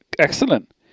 Excellent